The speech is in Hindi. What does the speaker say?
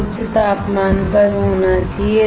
यह उच्च तापमान पर होना चाहिए